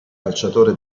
calciatore